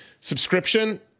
Subscription